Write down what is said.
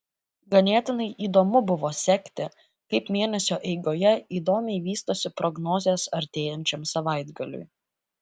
ganėtinai įdomu buvo sekti kaip mėnesio eigoje įdomiai vystosi prognozės artėjančiam savaitgaliui